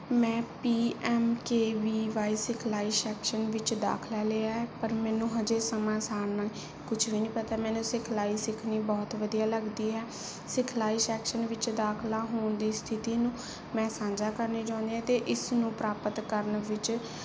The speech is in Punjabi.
ਮੈਂ P M K V Y ਸਿਖਲਾਈ ਸ਼ੈਕਸ਼ਨ ਵਿੱਚ ਦਾਖਲਾ ਲਿਆ ਹੈ ਪਰ ਮੈਨੂੰ ਹਾਲੇ ਸੋਮਾਂ ਸਾਰ ਨਾਲ ਕੁਛ ਵੀ ਨਹੀਂ ਪਤਾ ਮੈਨੂੰ ਸਿਖਲਾਈ ਸਿੱਖਣੀ ਬਹੁਤ ਵਧੀਆ ਲੱਗਦੀ ਹੈ ਸਿਖਲਾਈ ਸ਼ੈਕਸ਼ਨ ਵਿੱਚ ਦਾਖਲਾ ਹੋਣ ਦੀ ਸਥਿਤੀ ਨੂੰ ਮੈਂ ਸਾਂਝਾ ਕਰਨਾ ਚਾਹੁੰਦੀ ਹਾਂ ਅਤੇ ਇਸ ਨੂੰ ਪ੍ਰਾਪਤ ਕਰਨ ਵਿੱਚ